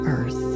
Earth